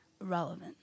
relevant